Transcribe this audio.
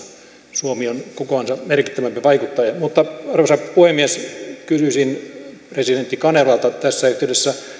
suomi on kokoansa merkittävämpi vaikuttaja mutta arvoisa puhemies kysyisin presidentti kanervalta tässä yhteydessä